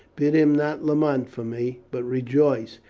bid him not lament for me, but rejoice,